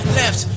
left